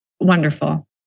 wonderful